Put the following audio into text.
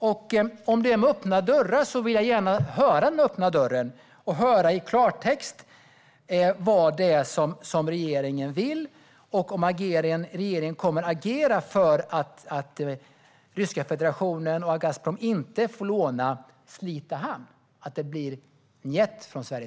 Om man talar om öppna dörrar vill jag gärna höra vad det innebär och i klartext få veta vad regeringen vill och om regeringen kommer att agera för att Ryska federationen och Gazprom inte får använda Slite hamn - att det blir njet från Sverige.